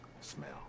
smell